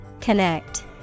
Connect